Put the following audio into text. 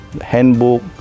Handbook